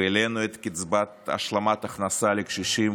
והעלינו את קצבת השלמת ההכנסה לקשישים